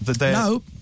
no